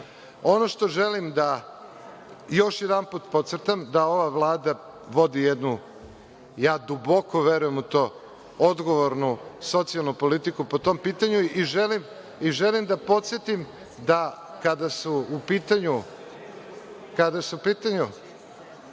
što želim da još jedanput pocrtam, da ova Vlada vodi jednu, ja duboko verujem u to, odgovornu socijalnu politiku po tom pitanju i želim da podsetim da, kada su u pitanju…Dobićete